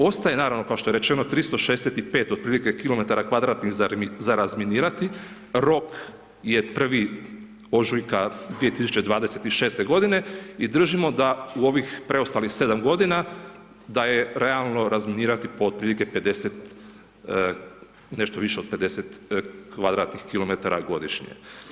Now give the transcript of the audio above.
Ostaje naravno kao što je rečeno 365 otprilike kilometara kvadratni za razminirati, rok je 1. ožujka 2026. g. i držimo da u ovih preostalih 7 g. da je realno razminirati otprilike 50 nešto više od 50 kvadratnih kilometara godišnje.